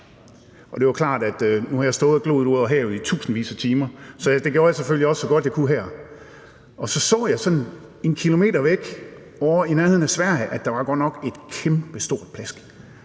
Nu har jeg stået og gloet ud over havet i tusindvis af timer, så det er jo klart, at jeg selvfølgelig også gjorde det her så godt, jeg kunne. Og så så jeg sådan 1 km væk ovre i nærheden af Sverige, at der godt nok var et kæmpestort plask.